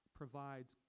provides